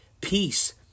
peace